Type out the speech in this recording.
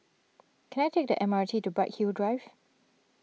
can I take the M R T to Bright Hill Drive